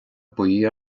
buí